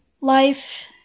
life